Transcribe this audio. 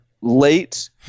late